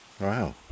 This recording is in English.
Wow